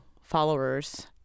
followers